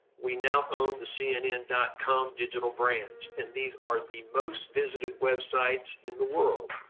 we now own the cnn dot com digital brads and these are the most visited websites in the world.